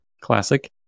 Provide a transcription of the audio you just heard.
Classic